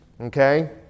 Okay